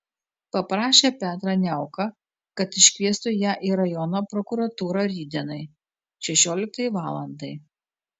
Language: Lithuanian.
paprašė petrą niauką kad iškviestų ją į rajono prokuratūrą rytdienai šešioliktai valandai